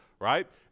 right